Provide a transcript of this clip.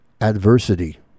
adversity